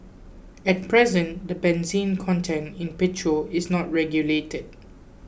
at present the benzene content in petrol is not regulated